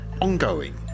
ongoing